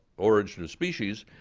origin of species.